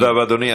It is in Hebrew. תודה רבה, אדוני.